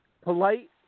polite